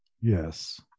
Yes